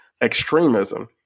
extremism